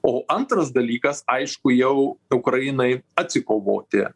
o antras dalykas aišku jau ukrainai atsikovoti